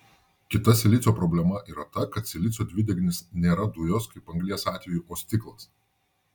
kita silicio problema yra ta kad silicio dvideginis nėra dujos kaip anglies atveju o stiklas